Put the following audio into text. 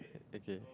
okay